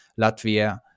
Latvia